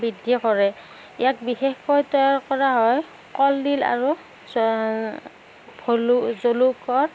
বৃদ্ধি কৰে ইয়াক বিশেষকৈ তৈয়াৰ কৰা হয় কলডিল আৰু ভলু জলুকৰ